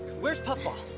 where's puffball?